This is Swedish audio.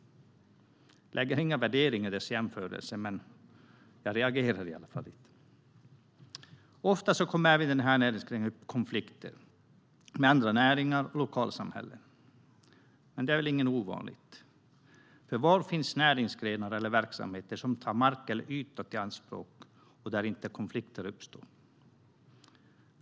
Jag lägger inga värderingar i dessa jämförelser, men jag reagerar i alla fall lite grann. Ofta kommer konflikter med andra näringar och lokalsamhällen upp även i den här näringsgrenen, men det är väl inget ovanligt. Var finns näringsgrenar eller verksamheter som tar mark eller yta i anspråk där inte konflikter uppstår?